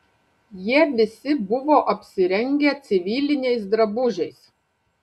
jie visi buvo apsirengę civiliniais drabužiais